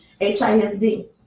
HISD